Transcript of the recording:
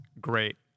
great